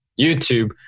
YouTube